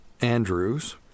Andrews